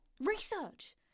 Research